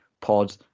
pod